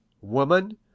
Woman